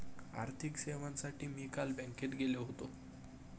आर्थिक सेवांसाठी मी काल बँकेत गेलो होतो